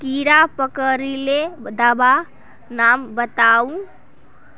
कीड़ा पकरिले दाबा नाम बाताउ?